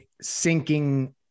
sinking